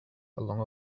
along